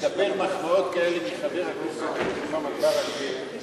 לקבל מחמאות כאלה ממוחמד ברכה, זה